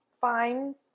fine